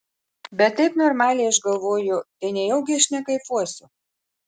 bet taip normaliai aš galvoju tai nejaugi aš nekaifuosiu